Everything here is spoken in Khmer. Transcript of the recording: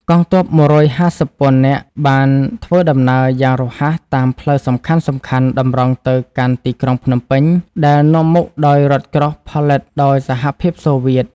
កងទ័ព ១៥០ពាន់នាក់បានធ្វើដំណើរយ៉ាងរហ័សតាមផ្លូវសំខាន់ៗតម្រង់ទៅកាន់ទីក្រុងភ្នំពេញ ដែលនាំមុខដោយរថក្រោះផលិតដោយសហភាពសូវៀត ។